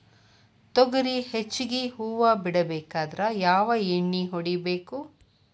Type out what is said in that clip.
ತೊಗರಿ ಹೆಚ್ಚಿಗಿ ಹೂವ ಬಿಡಬೇಕಾದ್ರ ಯಾವ ಎಣ್ಣಿ ಹೊಡಿಬೇಕು?